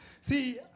See